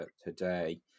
today